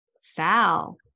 Sal